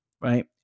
right